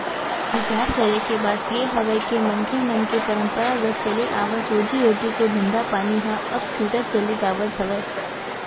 बिचार करे के बात ये हवय के मनखे मन के पंरापरागत चले आवत रोजी रोटी के धंधापानी ह अब छूटत चले जावत हवय